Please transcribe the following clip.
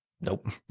Nope